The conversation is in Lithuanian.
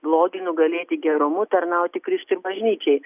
blogį nugalėti gerumu tarnauti kristui ir bažnyčiai